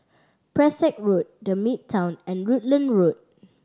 Pesek Road The Midtown and Rutland Road